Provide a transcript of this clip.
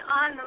on